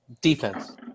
Defense